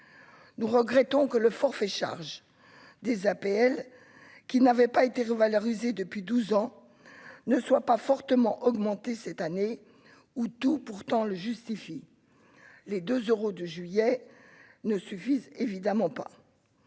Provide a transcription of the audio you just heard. nous regrettons que le forfait charge des APL qui n'avait pas été revalorisée depuis 12 ans ne soit pas fortement augmenté cette année où tout pourtant le justifie les deux euros de juillet ne suffisent évidemment pas,